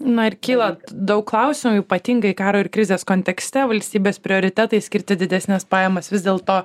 na ir kyla daug klausimų ypatingai karo ir krizės kontekste valstybės prioritetai skirti didesnes pajamas vis dėl to